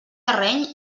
terreny